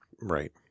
Right